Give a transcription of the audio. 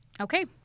okay